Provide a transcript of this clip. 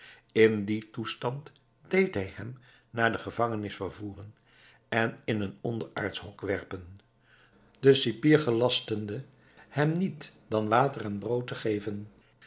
in dien toestand deed hij hem naar de gevangenis vervoeren en in een onderaardsch hok werpen den cipier gelastende hem niet dan water en brood te geven